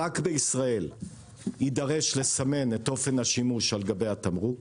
רק בישראל יידרש לסמן את אופן השימוש על גבי התמרוק.